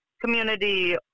community